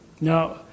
Now